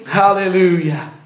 hallelujah